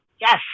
yes